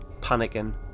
panicking